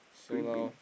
green bin